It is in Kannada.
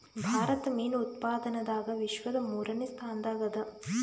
ಭಾರತ ಮೀನು ಉತ್ಪಾದನದಾಗ ವಿಶ್ವದ ಮೂರನೇ ಸ್ಥಾನದಾಗ ಅದ